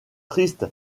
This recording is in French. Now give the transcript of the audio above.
triste